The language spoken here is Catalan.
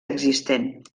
existent